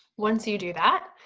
once you do that,